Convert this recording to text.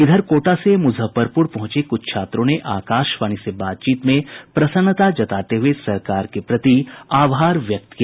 इधर कोटा से मुजफ्फरपुर पहुंचे कुछ छात्रों ने आकाशवाणी से बातचीत में प्रसन्नता जताते हुए सरकार के प्रति आभार व्यक्त किया